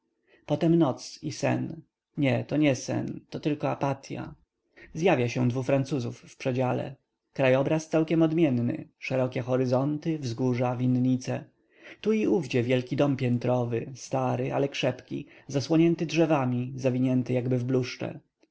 potem noc i sen nie to nie sen to tylko apatya zjawia się dwu francuzów w przedziale krajobraz całkiem odmienny szerokie horyzonty wzgórza winnice tu i owdzie wielki dom piętrowy stary ale krzepki zasłonięty drzewami zawinięty jakby w bluszcze